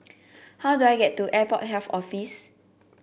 how do I get to Airport Health Office